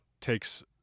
takes